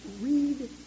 read